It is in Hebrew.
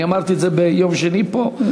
אני אמרתי את זה ביום שני פה.